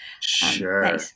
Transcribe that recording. Sure